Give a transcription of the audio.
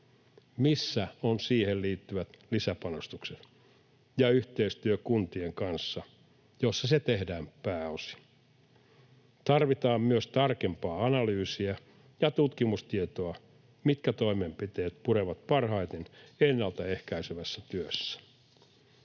Missä ovat siihen liittyvät lisäpanostukset ja yhteistyö kuntien kanssa, joissa se pääosin tehdään? Tarvitaan myös tarkempaa analyysia ja tutkimustietoa siitä, mitkä toimenpiteet purevat parhaiten ennalta ehkäisevässä työssä.